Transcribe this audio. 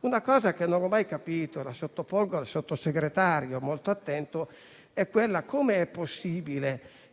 Una cosa che non ho mai capito e che sottopongo al Sottosegretario, molto attento, è come sia possibile